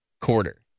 quarter